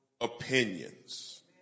opinions